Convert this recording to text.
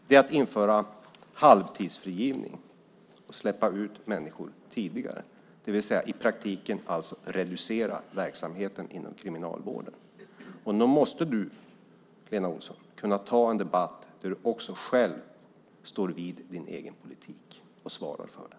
Det är att införa halvtidsfrigivning och släppa ut människor tidigare, det vill säga att i praktiken reducera verksamheten inom kriminalvården. Nog måste du, Lena Olsson, kunna ta en debatt där du står vid din egen politik och svarar för den.